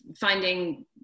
finding